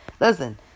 listen